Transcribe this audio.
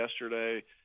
yesterday